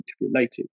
related